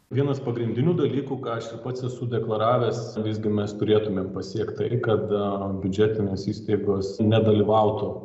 vienas pagrindinių dalykų ką aš ir pats esu deklaravęs visgi mes turėtumėm pasiekt tai kada biudžetinės įstaigos nedalyvautų